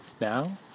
now